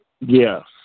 Yes